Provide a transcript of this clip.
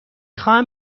خواهم